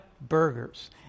burgers